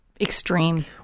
extreme